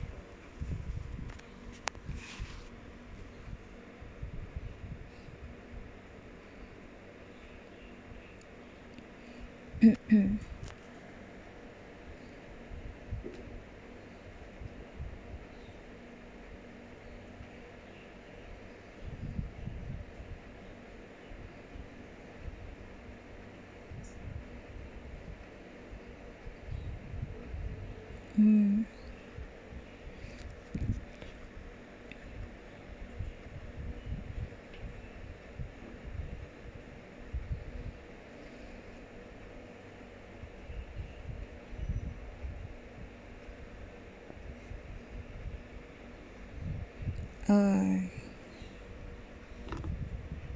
uh uh oh